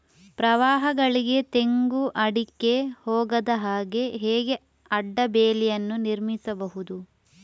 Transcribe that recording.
ಪ್ರವಾಹಗಳಿಗೆ ತೆಂಗು, ಅಡಿಕೆ ಹೋಗದ ಹಾಗೆ ಹೇಗೆ ಅಡ್ಡ ಬೇಲಿಯನ್ನು ನಿರ್ಮಿಸಬಹುದು?